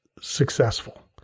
successful